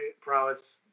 prowess